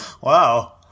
Wow